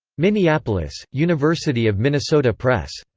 minneapolis university of minnesota press.